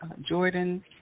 Jordan